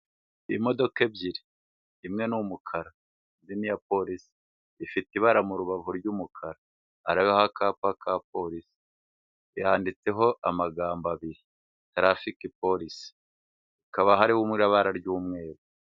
Imodoka ebyiri imwe ni umukara indi ni iya polisi ifite ibara mu rubavu ry'umukara hariho akapa ka polisi yanditseho amagambo abiri tarifiki polisi hakaba hari mu ibara ry'umweru.